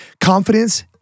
Confidence